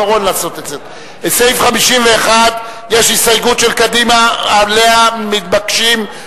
סעיפים 46 50, כהצעת הוועדה, נתקבלו.